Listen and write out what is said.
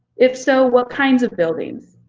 if so, what kinds of buildings?